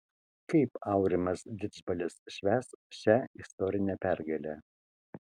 kaip aurimas didžbalis švęs šią istorinę pergalę